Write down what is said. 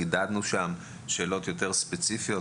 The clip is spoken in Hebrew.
חידדנו שם שאלות יותר ספציפיות,